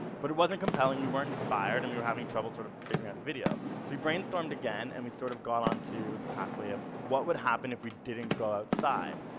but it wasn't compelling, we weren't inspired and we were having trouble sort of figuring out the video. so we brainstormed again and we sort of got onto the pathway of what would happen if we didn't go outside?